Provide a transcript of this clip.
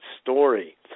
story